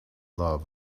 love